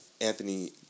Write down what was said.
Anthony